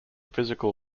physical